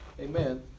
Amen